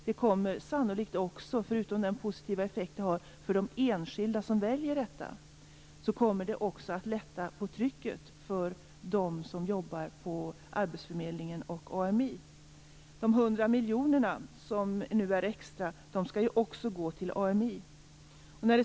Det kommer, förutom den positiva effekt som det har för de enskilda som väljer detta, sannolikt också att lätta på trycket för dem som jobbar på arbetsförmedlingen och AMI. De extra 100 miljonerna skall också gå till AMI.